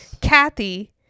Kathy